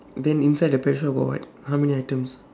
then inside the pet shop got what how many items